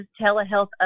telehealth